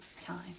time